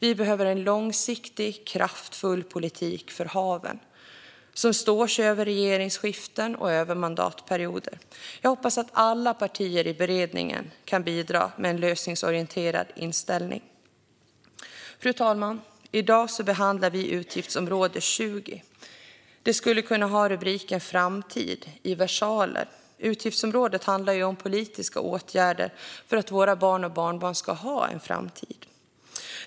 Vi behöver en långsiktig kraftfull politik för haven som står sig över regeringsskiften och mandatperioder. Jag hoppas att alla partier i beredningen kan bidra med en lösningsorienterad inställning. Fru talman! I dag behandlar vi utgiftsområde 20. Det skulle kunna ha rubriken FRAMTID, med versaler. Utgiftsområdet handlar om politiska åtgärder för att våra barn och barnbarn ska ha en framtid.